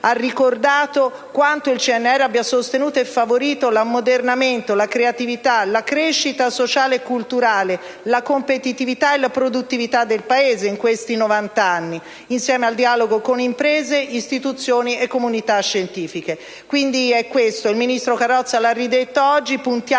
ha ricordato quanto il CNR abbia sostenuto e favorito l'ammodernamento, la creatività, la crescita sociale e culturale, la competitività e la produttività del Paese in questi novant'anni, insieme al dialogo con imprese, istituzioni e comunità scientifiche. Pertanto, come il Ministro oggi ha ripetuto,